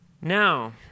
Now